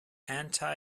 anti